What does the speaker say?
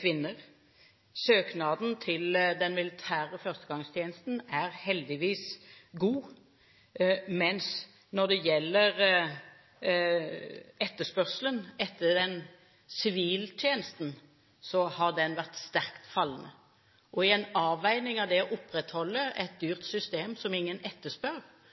kvinner. Søkningen til den militære førstegangstjenesten er heldigvis god, mens etterspørselen etter siviltjenesten har vært sterkt fallende. I en avveining av det å opprettholde et dyrt system som ingen etterspør,